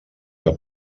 que